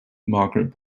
marguerite